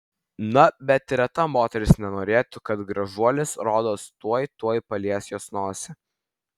na bet reta moteris nenorėtų kad gražuolis rodos tuoj tuoj palies jos nosį